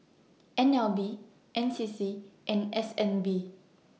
N L B N C C and S N B